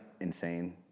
insane